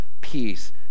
peace